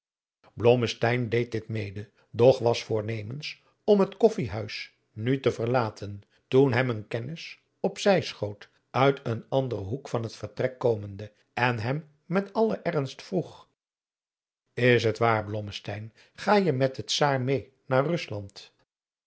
deed dit mede doch was voornemens om het koffijhuis nu te verlaten toen hem een kennis op zij schoot uit een anderen hoek van het vertrek komende en hem met allen ernst vroeg is het waar blommesteyn gaje met den czaar meê naar rusland